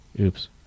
Oops